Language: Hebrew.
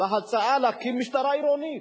בהצעה להקים משטרה עירונית.